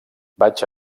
vaig